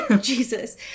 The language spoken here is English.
Jesus